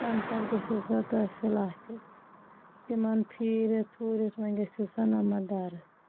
تَمہِ پَتہٕ گٔژھِو سا تحصیٖل آفِس تِمَن پھیٖرِتھ تھوٗرِتھ وۄنۍ گٔژھِو سا نَمبردارَس نِش